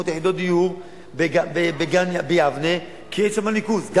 יחידות דיור בגן-יבנה כי אין שם ניקוז.